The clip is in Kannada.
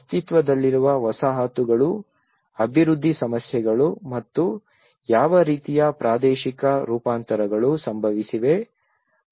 ಅಸ್ತಿತ್ವದಲ್ಲಿರುವ ವಸಾಹತುಗಳು ಅಭಿವೃದ್ಧಿ ಸಮಸ್ಯೆಗಳು ಮತ್ತು ಯಾವ ರೀತಿಯ ಪ್ರಾದೇಶಿಕ ರೂಪಾಂತರಗಳು ಸಂಭವಿಸಿವೆ